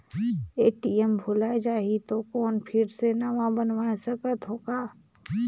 ATM भुलाये जाही तो कौन फिर से नवा बनवाय सकत हो का?